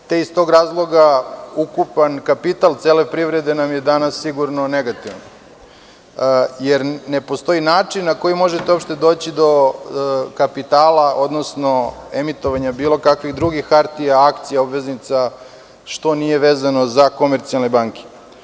Iz tog razloga, ukupan kapital cele privrede nam je danas sigurno negativan, jer ne postoji način na koji možete uopšte doći do kapitala, odnosno emitovanja bilo kakvih drugih hartija, akcija, obveznica, što nije vezano za komercijalne banke.